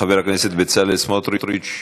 חבר הכנסת בצלאל סמוטריץ,